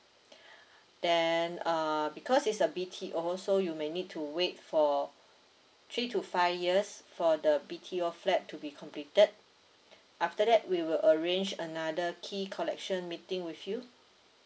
then uh because it's a B_T_O so you may need to wait for three to five years for the B_T_O flat to be completed after that we will arrange another key collection meeting with you